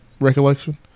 recollection